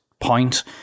point